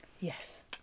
yes